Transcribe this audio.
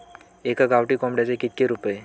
एका गावठी कोंबड्याचे कितके रुपये?